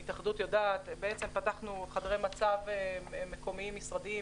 ההתאחדות יודעת, פתחנו חדרי מצב מקומיים משרדיים.